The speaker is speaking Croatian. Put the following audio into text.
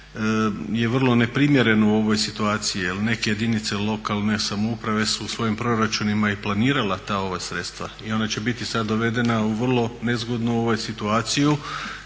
je vrlo neprimjereno u ovoj situaciji. Jer neke jedinice lokalne samouprave su u svojim proračunima i planirale ta sredstva i ona će biti sad dovedena u vrlo nezgodnu situaciju